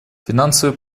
финансовые